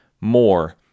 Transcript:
more